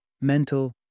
mental